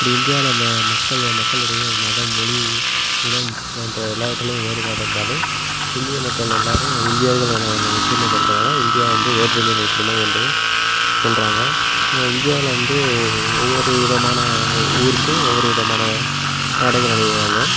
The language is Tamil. இப்படி இந்தியாவில் மக்கள் மக்களிடையே மதம் மொழி இனம் போன்ற எல்லாவற்றிலும் வேறுபாடு இருந்தாலும் இந்திய மக்கள் எல்லோரும் இந்தியர்கள் என அந்த ஒற்றுமையில் இருக்கனால இந்தியா வந்து வேற்றுமையில் ஒற்றுமை என்று சொல்கிறாங்க இந்தியாவில் வந்து ஒவ்வொரு விதமான ஊருக்கும் ஒவ்வொரு விதமான ஆடைகள் அணிவாங்க